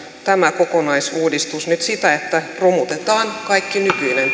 tämä kokonaisuudistus nyt sitä että romutetaan kaikki nykyinen